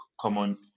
common